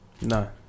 No